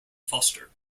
foster